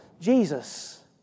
Jesus